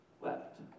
wept